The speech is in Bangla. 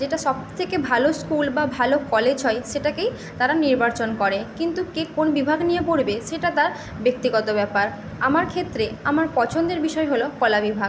যেটা সবথেকে ভালো স্কুল বা ভালো কলেজ হয় সেটাকেই তারা নির্বাচন করে কিন্তু কে কোন বিভাগ নিয়ে পড়বে সেটা তার ব্যক্তিগত ব্যাপার আমার ক্ষেত্রে আমার পছন্দের বিষয় হল কলা বিভাগ